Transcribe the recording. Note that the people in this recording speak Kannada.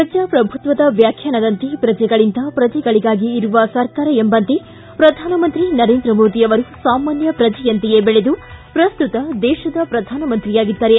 ಪ್ರಜಾಪ್ರಭುತ್ವದ ವ್ಯಾಖ್ಯಾನದಂತೆ ಪ್ರಜೆಗಳಿಂದ ಪ್ರಜೆಗಳಿಗಾಗಿ ಇರುವ ಸರ್ಕಾರ ಎಂಬಂತೆ ಪ್ರಧಾನಮಂತ್ರಿ ನರೇಂದ್ರ ಮೋದಿ ಅವರು ಸಾಮಾನ್ಯ ಪ್ರಜೆಯಂತೆಯೇ ಬೆಳೆದು ಪ್ರಸ್ತುತ ದೇಶದ ಪ್ರಧಾನ ಮಂತ್ರಿಯಾಗಿದ್ದಾರೆ